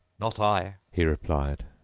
not i he replied.